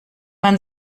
man